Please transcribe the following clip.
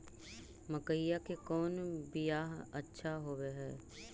मकईया के कौन बियाह अच्छा होव है?